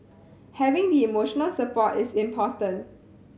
having the emotional support is important